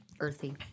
Earthy